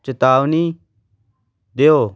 ਚੇਤਾਵਨੀ ਦਿਓ